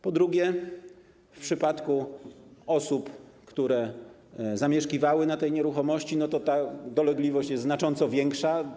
Po drugie, w przypadku osób, które zamieszkiwały na tej nieruchomości, ta dolegliwość jest znacząco większa.